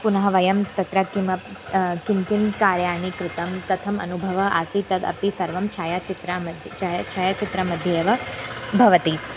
पुनः वयं तत्र किमपि किं किं कार्याणि कृतं कथम् अनुभवम् आसीत् तदपि सर्वं छायाचित्रमध्ये छाय छायचित्रमध्येव भवति